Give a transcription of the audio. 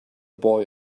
boy